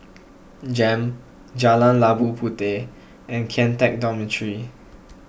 Jem Jalan Labu Puteh and Kian Teck Dormitory